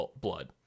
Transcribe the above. blood